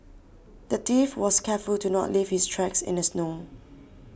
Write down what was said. the thief was careful to not leave his tracks in the snow